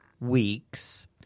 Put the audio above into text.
weeks